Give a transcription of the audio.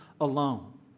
alone